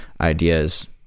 ideas